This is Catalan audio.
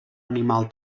animal